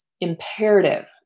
imperative